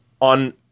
on